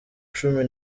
cumi